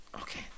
okay